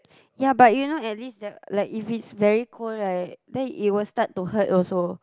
ya but you know at least the like if it's very cold right then it will start to hurt also